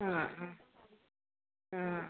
ആ ആ ആ